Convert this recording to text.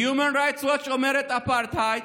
Human Rights Watch אומר אפרטהייד,